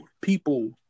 people